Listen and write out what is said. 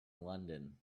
london